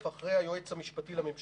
עוד דבר לסעיף 8(א) אחרי היועץ המשפטי לממשלה,